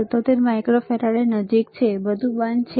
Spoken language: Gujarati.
77 માઇક્રો ફેરાડ નજીક છે તે બધું બંધ છે